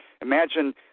Imagine